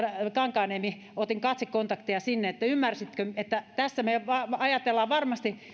kankaanniemi otin katsekontaktin sinne ymmärsitkö että tässä me varmasti